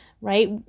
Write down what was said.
right